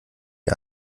die